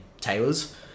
tailors